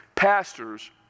Pastors